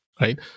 right